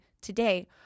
today